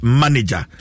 manager